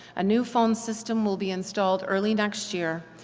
a new phone system will be installed early next year.